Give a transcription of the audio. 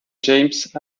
james